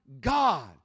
God